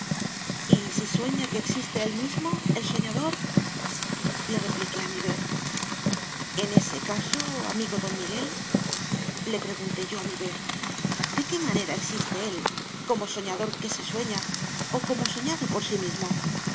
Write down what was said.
si sueña que existe él mismo el soñador le repliqué a mi vez en ese caso amigo don miguel le pregunté yo a mi vez de qué manera existe él como soñador que se sueña o como soñado por sí mismo